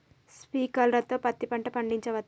Sprinkler తో పత్తి పంట పండించవచ్చా?